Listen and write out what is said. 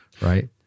right